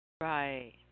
Right